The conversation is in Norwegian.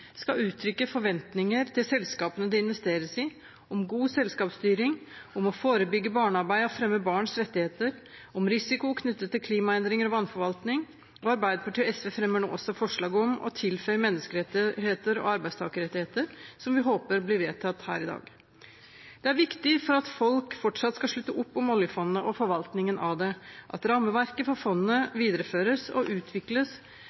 skal uttrykke forventninger til selskapene det investeres i – om god selskapsstyring, om å forebygge barnearbeid og fremme barns rettigheter, om risiko knyttet til klimaendringer og vannforvaltning, og Arbeiderpartiet og SV fremmer nå også forslag om å tilføye menneskerettigheter og arbeidstakerrettigheter, som vi håper blir vedtatt her i dag. Det er viktig for at folk fortsatt skal slutte opp om oljefondet og forvaltningen av det, at rammeverket for fondet videreføres og utvikles